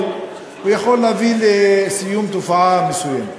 הוא יכול להביא לסיום תופעה מסוימת,